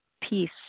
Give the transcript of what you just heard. peace